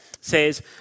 says